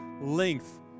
length